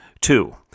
two